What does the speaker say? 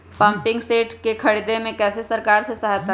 Pumping set के ख़रीदे मे कैसे सरकार से सहायता ले?